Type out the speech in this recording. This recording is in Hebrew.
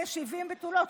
זה 70 בתולות,